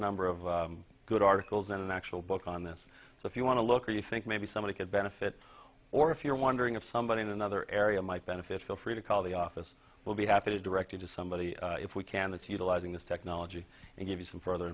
number of good articles and an actual book on this so if you want to look or you think maybe somebody could benefit or if you're wondering if somebody in another area might benefit feel free to call the office we'll be happy to direct you to somebody if we can it's utilizing this technology and give you some further